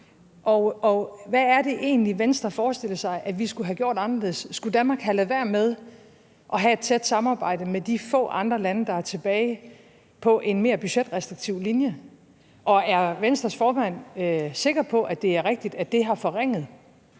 hvad er det egentlig, Venstre forestiller sig vi skulle have gjort anderledes? Skulle Danmark have ladet være med at have et tæt samarbejde med de få andre lande, der er tilbage, om en mere budgetrestriktiv linje? Og er Venstres formand sikker på, at det er rigtigt, at det har forringet